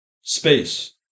space